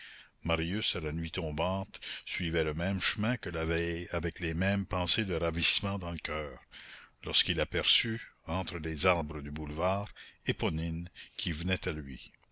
marius à la nuit tombante suivait le même chemin que la veille avec les mêmes pensées de ravissement dans le coeur lorsqu'il aperçut entre les arbres du boulevard éponine qui venait à lui